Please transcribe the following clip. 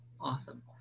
Awesome